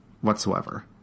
Whatsoever